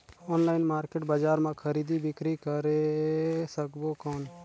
Online market बजार मां खरीदी बीकरी करे सकबो कौन?